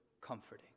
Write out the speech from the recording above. comforting